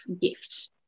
gift